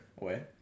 away